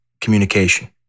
communication